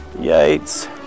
Yates